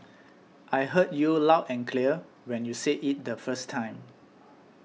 I heard you loud and clear when you said it the first time